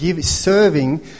serving